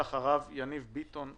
ואחריו יניב ביטון,